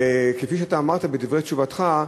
וכפי שאתה אמרת בדברי תשובתך,